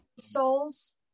souls